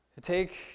Take